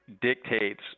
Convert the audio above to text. dictates